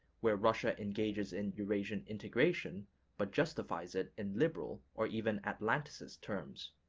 where russia engages in eurasian integration but justifies it in liberal or even atlanticist terms.